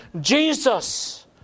Jesus